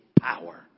power